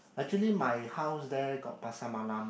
actually my house there got Pasar-Malam